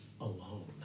alone